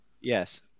Yes